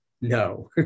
No